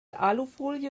alufolie